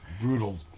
brutal